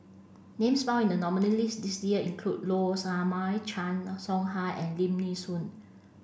names found in the nominees list this year include Low Sanmay Chan Soh Ha and Lim Nee Soon